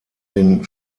den